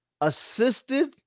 assisted